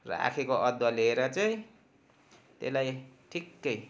राखेको अदुवा लिएर चाहिँ त्यसलाई ठिक्कै